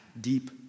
deep